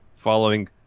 following